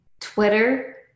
Twitter